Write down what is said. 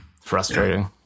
Frustrating